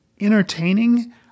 entertaining